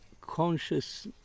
conscious